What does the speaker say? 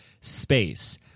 space